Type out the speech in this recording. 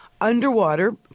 underwater